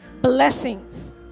Blessings